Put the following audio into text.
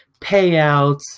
payouts